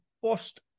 first